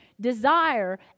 desire